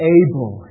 able